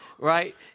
Right